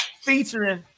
featuring